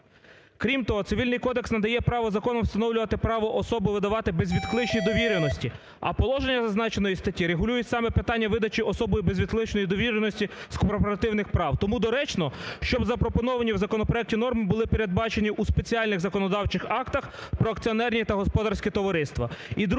Крім того, Цивільний кодекс надає право закону встановлювати право особи видавати безвідкличні довіреності, а положення зазначеної статті регулюють саме питання видачі особою безвідкличної довіреності з корпоративних прав. Тому доречно, щоб запропоновані в законопроекті норми були передбачені у спеціальних законодавчих актах про акціонерні та господарські товариства.